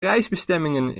reisbestemmingen